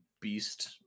beast